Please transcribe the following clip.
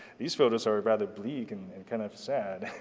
these photos are rather bleak and and kind of sad.